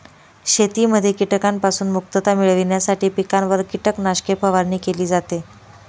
शेतीमध्ये कीटकांपासून मुक्तता मिळविण्यासाठी पिकांवर कीटकनाशके फवारणी केली जाते